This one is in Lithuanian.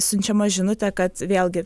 siunčiama žinutė kad vėlgi